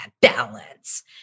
balance